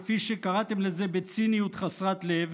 כפי שקראתם לזה בציניות חסרת לב,